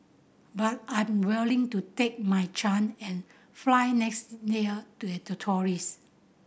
but I'm willing to take my chance and fly next year to as a tourist